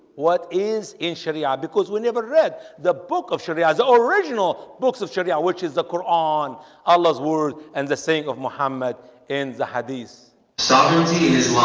what is in sharia ah because we never read the book of sharia the original books of sharia, which is the quran allah's word and the saying of muhammad in the hadees so hadees